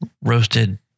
roasted